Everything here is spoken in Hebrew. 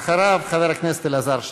ואחריו, חבר הכנסת אלעזר שטרן.